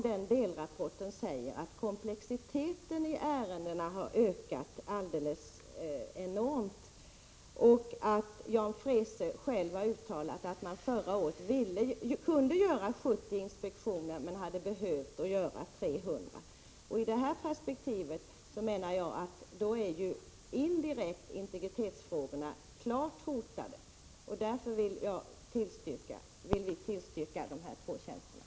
Delrapporten säger att komplexiteten i ärendena har ökat enormt, och Jan Freese har uttalat att man förra året kunde göra 70 inspektioner men hade behövt göra 300. I det perspektivet är integritetsfrågorna indirekt klart hotade. Därför vill vi tillstyrka inrättandet av dessa två tjänster.